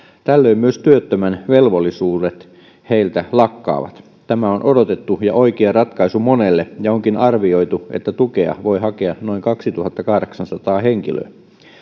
tällöin myös työttömän velvollisuudet heiltä lakkaavat tämä on odotettu ja oikea ratkaisu monelle ja onkin arvioitu että tukea voi hakea noin kaksituhattakahdeksansataa henkilöä